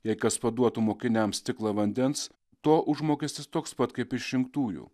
jei kas paduotų mokiniams stiklą vandens to užmokestis toks pat kaip išrinktųjų